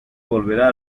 volverá